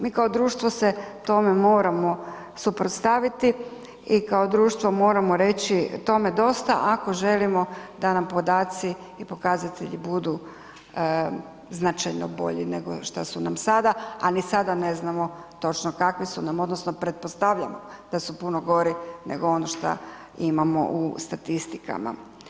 Mi kao društvo se tome moramo suprotstaviti i kao društvo moramo reći tome dosta ako želimo da nam podaci i pokazatelji budu značajno bolji nego što su nam sada, a ni sada ne znamo točno kakvi su nam odnosno pretpostavljam da su puno gori nego ono šta imamo u statistikama.